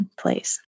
place